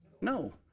No